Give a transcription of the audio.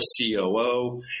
COO